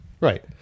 Right